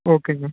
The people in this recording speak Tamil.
ஓகேண்ணா